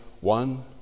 one